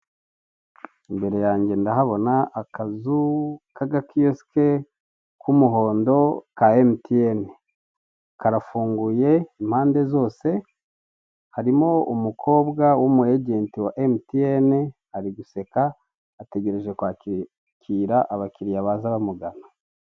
Imbere yange ndahabona akazu kagakiyosike k'umuhondo ka emutiyene, karafunguye impane zose, harimo umukobwa wumuejenti wa emutiyene ari guseka ategereje kwakira abakiriya baza bamugana.